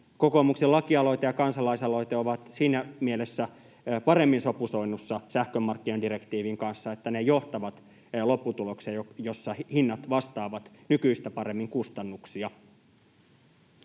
kokoomuksen lakialoite ja kansalaisaloite ovat siinä mielessä paremmin sopusoinnussa sähkömarkkinadirektiivin kanssa, että ne johtavat lopputulokseen, jossa hinnat vastaavat nykyistä paremmin kustannuksia.